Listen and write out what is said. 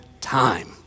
time